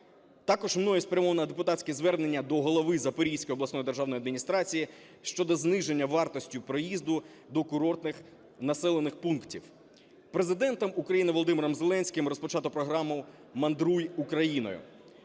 Також мною спрямовано депутатське звернення до голови Запорізької обласної державної адміністрації щодо зниження вартості проїзду до курортних населених пунктів. Президентом України Володимиром Зеленським розпочато програму "Мандруй Україною".